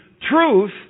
truth